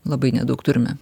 labai nedaug turime